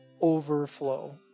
overflow